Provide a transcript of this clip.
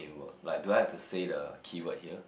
like do I have to say the keyword here